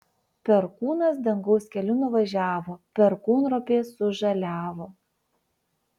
perkūnas dangaus keliu nuvažiavo perkūnropės sužaliavo